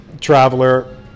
traveler